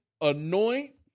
Anoint